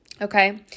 Okay